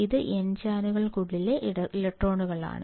ഇത് n ചാനലുകൾക്കുള്ളിലെ ഇലക്ട്രോണുകളാണ്